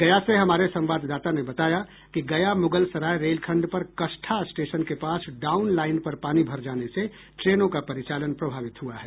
गया से हमारे संवाददाता ने बताया कि गया मुगलसराय रेलखंड पर कष्ठा स्टेशन के पास डाउन लाईन पर पानी भर जाने से ट्रेनों का परिचालन प्रभावित हुआ है